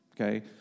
Okay